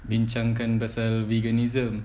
bincangkan pasal veganism